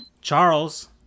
Charles